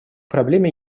проблеме